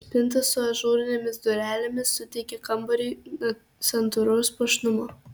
spinta su ažūrinėmis durelėmis suteikia kambariui santūraus puošnumo